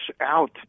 out